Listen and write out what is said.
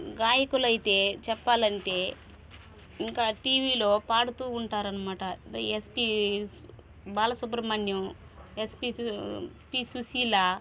గాయకులైతే చెప్పాలంటే ఇంకా టీవీలో పాడుతూ ఉంటారనమాట ఎస్పి సు బాలసుబ్రమణ్యం ఎస్పి సు పి సుశీల